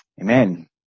Amen